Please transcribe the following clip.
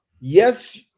yes